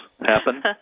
happen